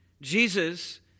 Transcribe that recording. Jesus